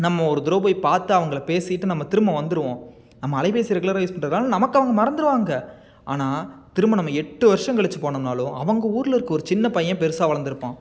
நம்ம ஒரு தடவை போய் பார்த்து அவங்கள பேசிவிட்டு நம்ம திரும்ப வந்துடுவோம் நம்ம அலைபேசி ரெகுலராக யூஸ் பண்றதுனால நமக்கு அவங்க மறந்துவிடுவாங்க ஆனால் திரும்ப நம்ம எட்டு வர்ஷம் கழித்து போனோம்னாலும் அவங்க ஊரில் இருக்க ஒரு சின்னபையன் பெருசாக வளந்திருப்பான்